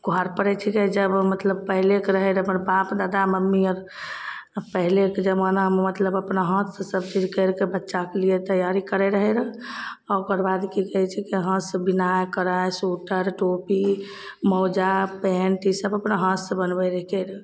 घर पड़ैत छिकै जब मतलब पहिलेके रहि रहै हमर बाप ददा मम्मी आर पहिलेके जबानामे मतलब अपना हाथसँ सभचीज करिके बच्चाके लिए तैआरी करै रहै रऽ आ ओकर बाद की कहै छै की हाथसँ बिनाइ कढ़ाइ सुटर टोपी मौजा पेन्ट ई सभ अपना हाथसँ बनबै रहिके